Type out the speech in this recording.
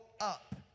up